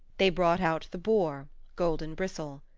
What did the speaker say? they brought out the boar, golden bristle.